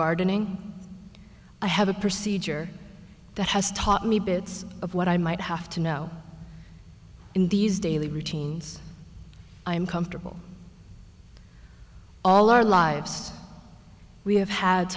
gardening i have a procedure that has taught me bits of what i might have to know in these daily routines i'm comfortable all our lives we have had